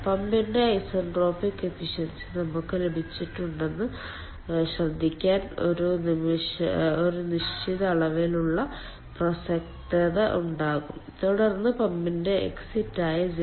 പമ്പിന്റെ isentropic efficiency നമുക്ക് ലഭിച്ചിട്ടുണ്ടെന്ന് ശ്രദ്ധിക്കാൻ ഒരു നിശ്ചിത അളവിലുള്ള അപ്രസക്തത ഉണ്ടാകും തുടർന്ന് പമ്പിന്റെ എക്സിറ്റ് ആയ 0